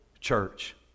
church